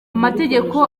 amategeko